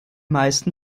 meisten